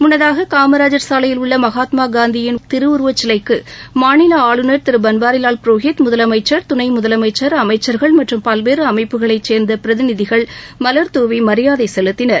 முன்னதாக காமராஜர் சாலையில் உள்ள மகாத்மா காந்தியின் திருவுருவச்சிலைக்கு தமிழக ஆளுநர் திரு பன்வாரிலால் புரோஹித் முதலமைச்சா் துணை முதலமைச்சா் அமைச்சா்கள் மற்றும் பல்வேறு அமைப்புகளைச் சேர்ந்த பிரதிநிதிகள் மலர்தூவி மரியாதை செலுத்தினர்